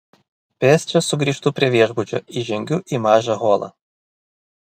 pėsčias sugrįžtu prie viešbučio įžengiu į mažą holą